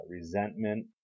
resentment